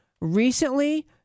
recently